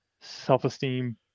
self-esteem